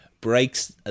breaks